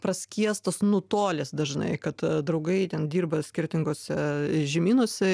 praskiestas nutolęs dažnai kad draugai ten dirba skirtinguose žemynuose